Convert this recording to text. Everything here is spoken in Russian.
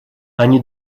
они